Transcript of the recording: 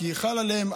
כי חל עליהם,